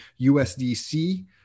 USDC